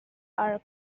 are